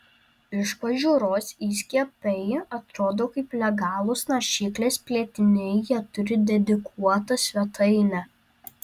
iš pažiūros įskiepiai atrodo kaip legalūs naršyklės plėtiniai jie turi dedikuotą svetainę